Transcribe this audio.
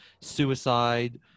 suicide